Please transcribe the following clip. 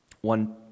One